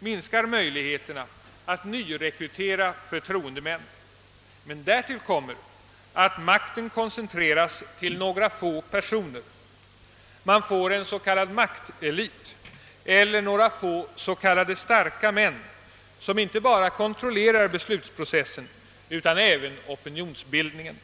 minskar möjligheterna att nyrekrytera förtroendemän. Men därtill kommer att makten koncentreras till några få personer. Man får en s.k. maktelit eller några få s.k. starka män som inte bara kontrollerar beslutsprocessen utan även opinionsbildningen.